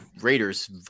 Raiders